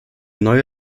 neue